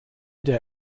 der